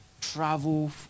travel